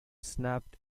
snapped